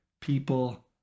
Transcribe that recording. people